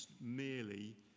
merely